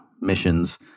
missions